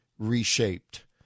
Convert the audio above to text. reshaped